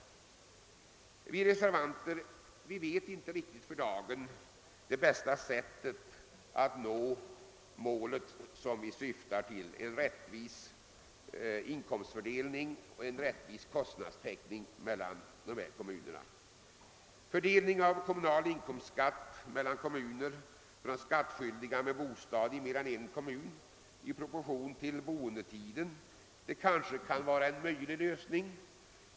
Vi reservanter vet inte för dagen det bästa sättet att nå det mål som vi syftar till: en rättvis inkomstoch kostnadsfördelning mellan dessa kommuner. En fördelning mellan vederbörande kommuner av kommunal inkomstskatt för skattskyldiga med bostad i mer än en kommun i proportion till boendetiden kan innebära en möjlig lösning.